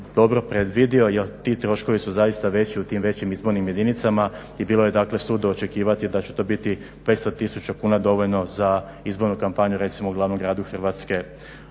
dobro predvidio jer ti troškovi su zaista veći u tim većim izbornim jedinicama i bilo je dakle suludo očekivati da će to biti 500 tisuća kuna dovoljno za izbornu kampanju recimo u glavnom gradu Hrvatske